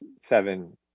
seven